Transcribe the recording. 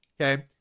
okay